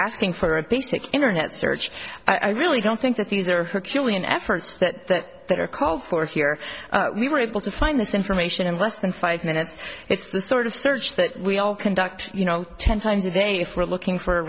asking for a basic internet search i really don't think that these are herculean efforts that are called for here we were able to find this information in less than five minutes it's the sort of search that we all conduct you know ten times a day if we're looking for a